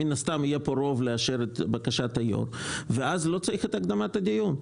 מן הסתם יהיה כאן רוב לאשר את בקשתו ואז לא צריך את הקדמת הדיון.